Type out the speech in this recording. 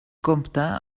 compta